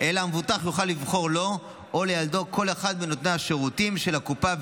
אלא המבוטח יוכל לבחור לו או לילדו כל אחד מנותני השירותים של הקופה,